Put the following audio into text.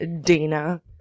Dana